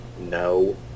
No